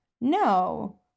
No